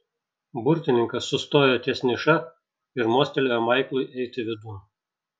burtininkas sustojo ties niša ir mostelėjo maiklui eiti vidun